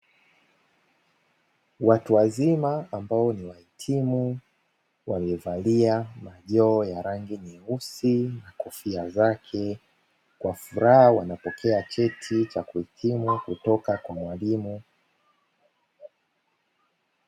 Watu wazima ambao ni wahitimu waliovalia majoho ya rangi nyeusi na kofia zake, kwa furaha wanapokea cheti cha kuhitimu kutoka kwa mwalimu.